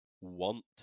want